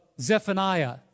Zephaniah